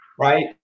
right